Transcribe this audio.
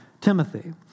Timothy